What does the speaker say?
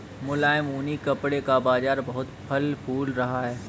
मुलायम ऊनी कपड़े का बाजार बहुत फल फूल रहा है